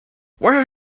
where